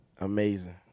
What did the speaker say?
Amazing